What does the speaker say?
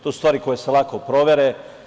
To su stvari koje se lako provere.